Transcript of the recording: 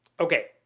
okay,